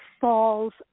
falls